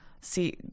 see